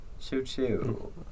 Choo-choo